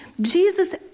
Jesus